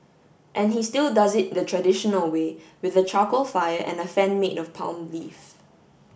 and he still does it the traditional way with a charcoal fire and a fan made of palm leaf